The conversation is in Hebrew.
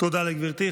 תודה לגברתי.